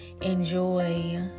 enjoy